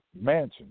mansion